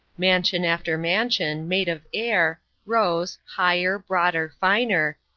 mansion after mansion, made of air, rose, higher, broader, finer,